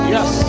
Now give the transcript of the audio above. Yes